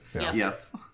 Yes